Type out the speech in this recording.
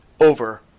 over